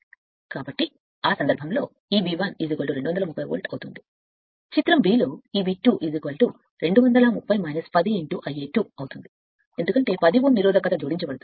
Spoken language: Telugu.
కాబట్టి ఆ సందర్భంలో Eb 1 230 వోల్ట్ అవుతుంది చిత్రం b Eb 2 230 10 Ia 2 అవుతుంది ఎందుకంటే 10 Ω నిరోధకత జోడించబడుతుంది